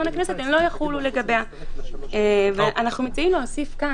החרגה אחת היא שהוראות שעות עבודה ומנוחה לא יחולו על העובדים האלה,